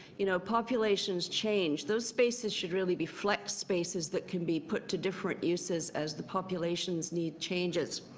you know populations change. those spaces should really be fleck spaces that can be put to different uses as the populations need changes.